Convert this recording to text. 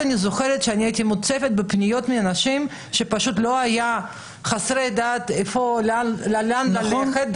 אני זוכרת שהייתי מוצפת אז בפניות מאנשים חסרי דת שלא ידעו לאן ללכת.